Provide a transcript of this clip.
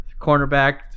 cornerback